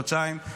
חודשיים,